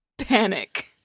panic